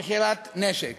מכירת נשק.